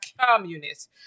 communists